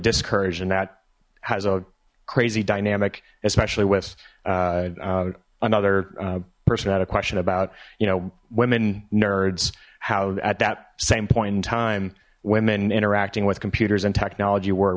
discouraged and that has a crazy dynamic especially with another person who had a question about you know women nerds how at that same point in time women interacting with computers and technology were